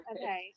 okay